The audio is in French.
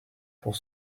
pour